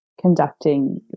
conducting